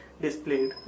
Displayed